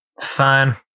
Fine